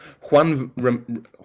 Juan